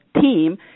team